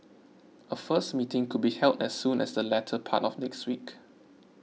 a first meeting could be held as soon as the latter part of next week